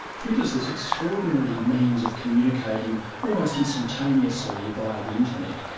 twitter is this extraordinary means of communicating almost instantaneously via the internet,